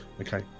Okay